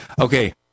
Okay